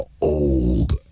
old